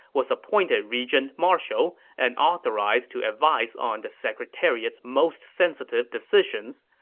was appointed regent marshal and authorized to advise on the secretariat's most sensitive decisions.